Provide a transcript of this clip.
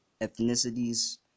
ethnicities